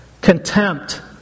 Contempt